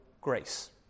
grace